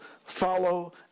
follow